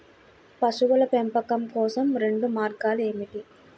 పశువుల పెంపకం కోసం రెండు మార్గాలు ఏమిటీ?